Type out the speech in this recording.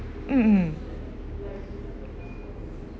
mm mm